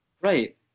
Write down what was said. right